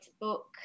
book